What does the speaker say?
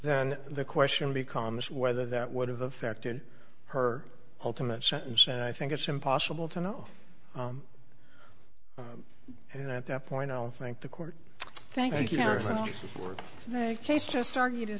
then the question becomes whether that would have affected her ultimate sentence and i think it's impossible to know and at that point i don't think the court thank you for that case just argue